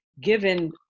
given